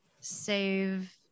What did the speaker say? save